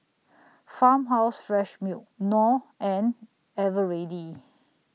Farmhouse Fresh Milk Knorr and Eveready